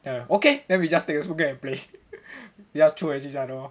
ya okay then we just take the smoke grenade and play we just throw at each other lor